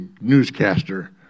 newscaster